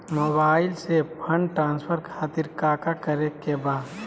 Mobile से fund transfer खातिर काका करे के बा?